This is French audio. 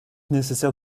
nécessaire